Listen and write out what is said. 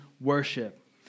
worship